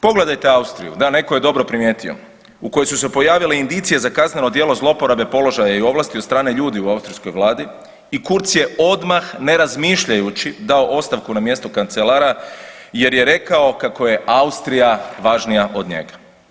Pogledajte Austriju, da netko je dobro primijetio, u kojoj su se pojavile indicije za kazneno djelo zlouporabe položaja i ovlasti od strane ljudi u austrijskoj vladi i Kurtz je odmah ne razmišljajući dao ostavku na mjesto kancelara jer je rekao kako je Austrija važnija od njega.